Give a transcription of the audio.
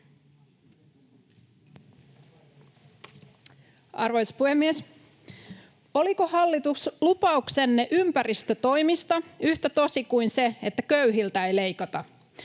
Arvoisa puhemies! Oliko, hallitus, lupauksenne ympäristötoimista yhtä tosi kuin se, että köyhiltä ei leikata?